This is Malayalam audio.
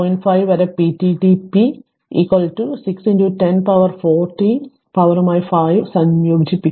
5 വരെ പിഡിടി പി 6 10 പവർ 4 t പവറുമായി 5 സംയോജിപ്പിക്കുക